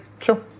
sure